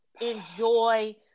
enjoy